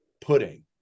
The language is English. pudding